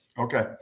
Okay